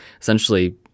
essentially